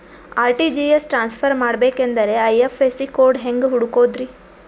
RTGS transfer ಮಾಡಬೇಕೆಂದರೆ IFSC code ಹೆಂಗ್ ಹುಡುಕೋದ್ರಿ?